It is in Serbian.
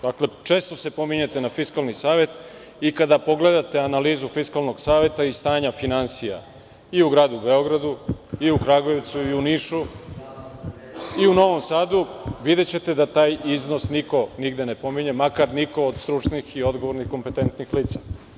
Dakle, često se pominjete na Fiskalni savet i kada pogledate analizu Fiskalnog saveta i stanja finansija i u gradu Beogradu i u Kragujevcu i u Nišu i u Novom Sadu videćete da taj iznos niko nigde ne pominje, makar niko od stručnih i odgovornih kompetentnih lica.